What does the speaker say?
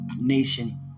nation